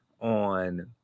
on